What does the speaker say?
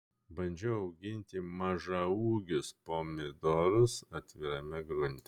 bandžiau auginti mažaūgius pomidorus atvirame grunte